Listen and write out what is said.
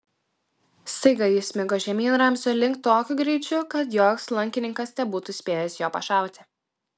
staiga jis smigo žemyn ramzio link tokiu greičiu kad joks lankininkas nebūtų spėjęs jo pašauti